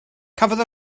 cafodd